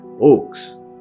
oaks